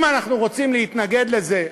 אם אנחנו רוצים להתנגד לזה,